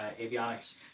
avionics